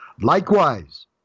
Likewise